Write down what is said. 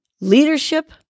Leadership